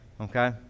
okay